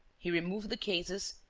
he removed the cases,